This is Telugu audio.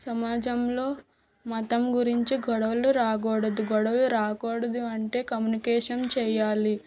సమాజంలో మతం గురించి గొడవలు రాకూడదు గొడవలు రాకూడదు అంటే కమ్యూనికేషన్ చేయాలి